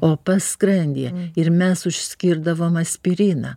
opa skrandyje ir mes skirdavom aspiriną